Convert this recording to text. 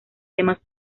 temas